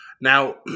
Now